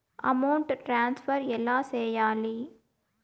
amount transfer ఎలా సేయాలి